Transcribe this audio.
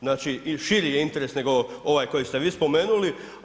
Znači i širi je interes nego ovaj koji ste vi spomenuli.